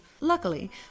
Luckily